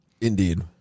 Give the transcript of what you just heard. Indeed